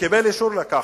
וקיבל אישור לכך,